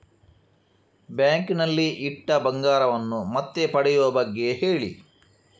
bank ನಲ್ಲಿ ಇಟ್ಟ ಬಂಗಾರವನ್ನು ಮತ್ತೆ ಪಡೆಯುವ ಬಗ್ಗೆ ಹೇಳಿ